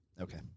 Okay